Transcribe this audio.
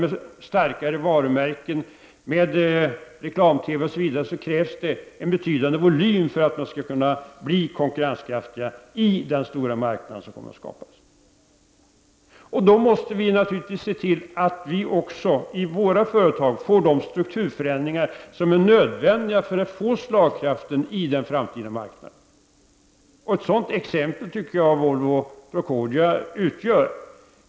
Med starka varumärken, med reklam-TV osv. krävs det en betydande volym för att kunna bli konkurrenskraftig på den stora marknad som kommer att skapas. Då måste vi naturligtvis se till att vi också i våra företag får de strukturförändringar som är nödvändiga för att få slagkraft på den framtida marknaden. Ett sådant exempel tycker jag Volvo-Procordia utgör.